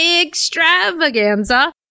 extravaganza